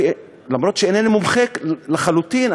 אף שאינני מומחה לחלוטין,